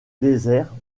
désert